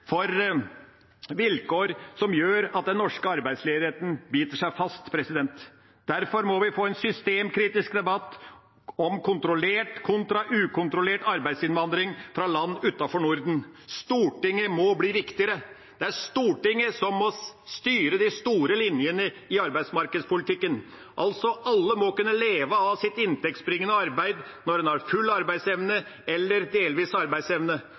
for vilkår som gjør at den norske arbeidsledigheten biter seg fast. Derfor må vi få en systemkritisk debatt om kontrollert kontra ukontrollert arbeidsinnvandring fra land utenfor Norden. Stortinget må bli viktigere. Det er Stortinget som må styre de store linjene i arbeidsmarkedspolitikken. Alle må kunne leve av sitt inntektsbringende arbeid når en har full eller delvis arbeidsevne.